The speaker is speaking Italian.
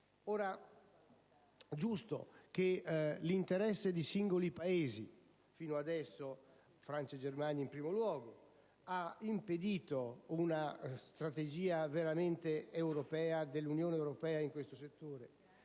È vero che l'interesse di singoli Paesi, fino adesso Francia e Germania in primo luogo, ha impedito una strategia dell'Unione europea in questo settore.